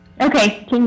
Okay